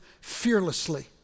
fearlessly